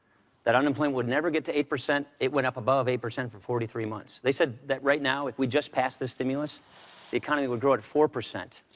that unemployment would never get to eight percent. it went up above eight percent for forty three months. they said that right now, if we just pass this stimulus, the economy would grow at four percent.